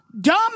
dumb